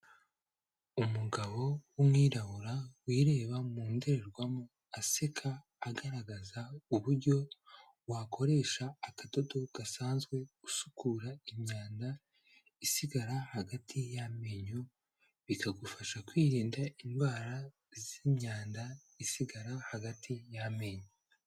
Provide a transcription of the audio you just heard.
Umugabo w'umwirabura wireba mu ndorerwamo, aseka agaragaza uburyo wakoresha akadodo gasanzwe usukura imyanda isigara hagati y'amenyo, bikagufasha kwirinda indwara z'imyanda isigara hagati y'amenyo.